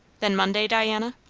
then monday, diana?